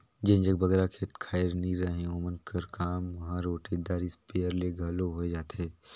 जेमन जग बगरा खेत खाएर नी रहें ओमन कर काम हर ओटेदार इस्पेयर ले घलो होए जाथे